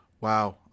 wow